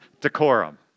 Decorum